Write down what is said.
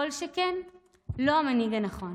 כל שכן המנהיג הנכון.